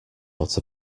out